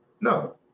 No